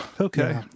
Okay